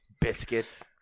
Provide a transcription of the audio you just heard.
Biscuits